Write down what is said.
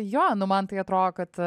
jo nu man tai atrodo kad